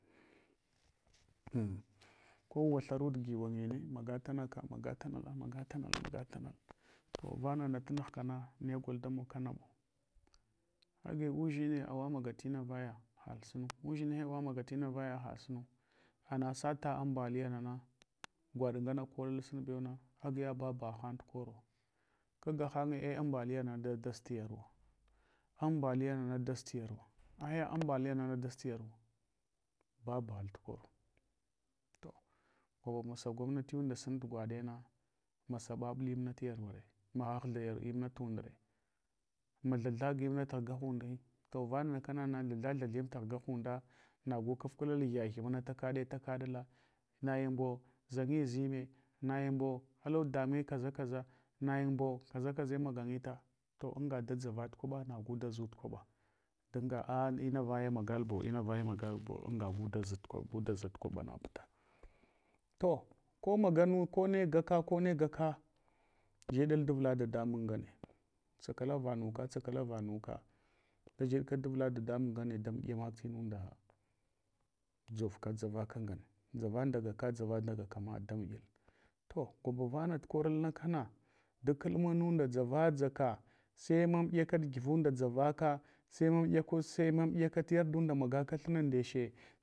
Kowa thanit giwan’ni=yine, magatuna ka magatanada, magatanala, magatanak, ko vamana tunughkana negal damog kana udʒine awa magahna vaya halsunu. Udʒine awa magahna vaya halsunu. Anasata ambaliyanana gwaɗgana kolal sun bewna agiya babughahan tukero. Kagahanye ei ambali yana daz tu yarwa. Ambahyana na daztu yar wh. Aya ambahya nanu daztuyarwu babugha tukoro. To gwawomasagomuni tunda sungwaɗe na masa ɓaɓula unna yarwave, maghaghtha imna tundra. Mathathaga imna ghgahunɗi. to vana kana thathathu imghgahunda nagu kafklal gyagye muna fakaɗe takaɗula nayinbo zagizime, nayinbo allo dame kaza kaza, nayinbo kazakza maganyita. To anga da dʒavat kwaɓa, ngu dzut kwaɓa danga a iinavaye magalbo navaye magalbo anga gua zat kwaɓa naputa. To ko maganu kone gaka kone gaku, jed mun davla dadamungane, tsakala vanuka tsaka la vanuka dafeɗka davla dadamun ngane da mɗyana tinunda dzovka ngane. Dʒava ndagaka dʒava ndagakama damudyal. To da dʒava dʒava sai mamaɗyaka dʒuvunda dʒavaka sai manɗyaka sai mamdyaka ya dunda magaka thina ndeche.